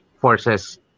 forces